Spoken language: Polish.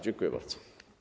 Dziękuję bardzo.